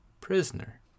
prisoner